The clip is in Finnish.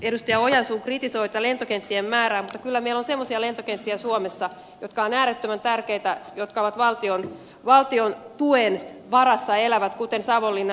ojansuu kritisoi lentokenttien määrää mutta kyllä meillä on semmoisia lentokenttiä suomessa jotka ovat äärettömän tärkeitä ja jotka valtion tuen varassa elävät kuten savonlinnan lentokenttä